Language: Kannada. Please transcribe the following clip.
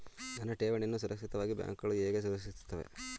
ನನ್ನ ಠೇವಣಿಯನ್ನು ಸುರಕ್ಷಿತವಾಗಿ ಬ್ಯಾಂಕುಗಳು ಹೇಗೆ ರಕ್ಷಿಸುತ್ತವೆ?